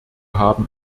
haben